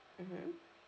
mmhmm